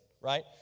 right